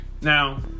Now